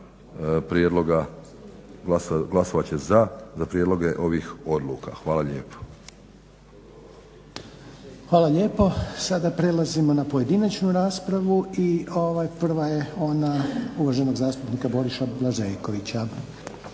prijedloga glasovat će za prijedloge ovih odluka. Hvala lijepa. **Reiner, Željko (HDZ)** Hvala lijepo. Sada prelazimo na pojedinačnu raspravu. Prva je ona uvaženog zastupnika Borisa Blažekovića.